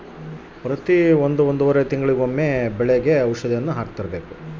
ಯಾವ ಯಾವ ಸಮಯದಾಗ ಬೆಳೆಗೆ ಔಷಧಿಯನ್ನು ಹಾಕ್ತಿರಬೇಕು?